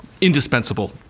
indispensable